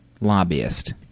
lobbyist